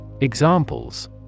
Examples